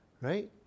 right